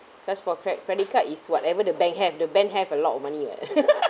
cause for cre~ credit card is whatever the bank have the bank have a lot of money [what]